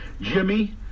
Jimmy